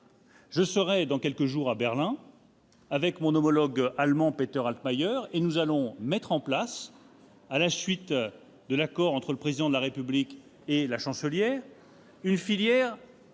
me rendrai dans quelques jours à Berlin pour rencontrer mon homologue allemand, Peter Altmaier. Nous allons mettre en place, à la suite de l'accord entre le Président de la République et la Chancelière, une filière de